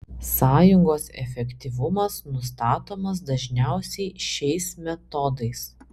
sąjungos efektyvumas nustatomas dažniausiai šiais metodais